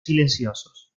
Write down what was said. silenciosos